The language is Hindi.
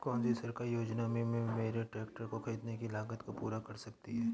कौन सी सरकारी योजना मेरे ट्रैक्टर को ख़रीदने की लागत को पूरा कर सकती है?